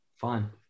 Fun